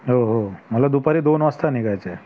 हो हो मला दुपारी दोन वाजता निघायचं आहे